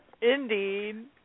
Indeed